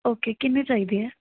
okay ਕਿੰਨੇ ਚਾਹੀਦੇ ਹੈ